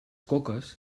coques